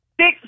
Six